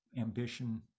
ambition